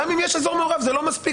גם אם יש אזור מעורב זה לא מספיק,